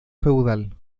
feudal